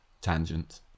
tangent